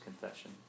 confession